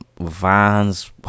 vans